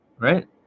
Right